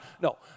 No